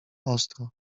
ostro